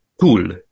tool